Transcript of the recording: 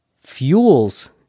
fuels